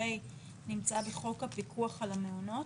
וכולי נמצא בחוק הפיקוח על המעונות?